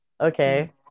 okay